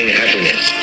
happiness